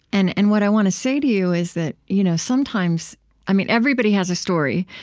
and and what i want to say to you is that you know sometimes i mean, everybody has a story.